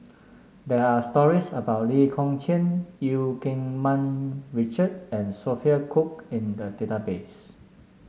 there are stories about Lee Kong Chian Eu Keng Mun Richard and Sophia Cooke in the database